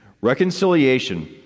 Reconciliation